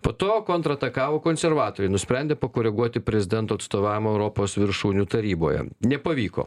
po to kontratakavo konservatoriai nusprendė pakoreguoti prezidento atstovavimo europos viršūnių taryboje nepavyko